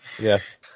Yes